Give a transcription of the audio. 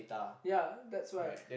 ya thats why